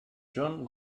john